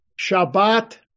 Shabbat